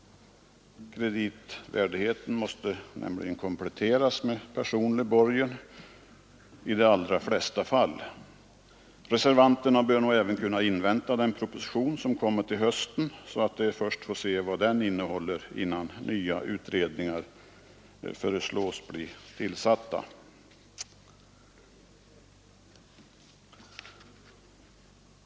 Kreditvärdigheten måste nämligen kompletteras med personlig borgen i de allra flesta fall. Reservanterna bör nog kunna invänta den proposition som kommer till hösten och se vad den innehåller innan nya utredningar föreslås bli tillsatta.